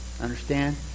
Understand